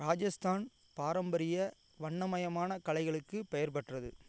ராஜஸ்தான் பாரம்பரிய வண்ணமயமான கலைகளுக்குப் பெயர் பெற்றது